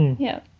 yeah,